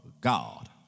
God